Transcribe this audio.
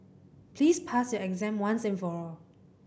please pass your exam once and for all